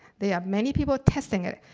they have many people testing it.